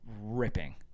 ripping